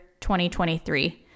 2023